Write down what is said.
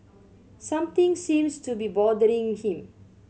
something seems to be bothering him